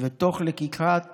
ותוך לקיחת